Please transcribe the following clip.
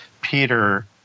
Peter